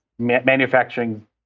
manufacturing